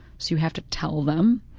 so you have to tell them,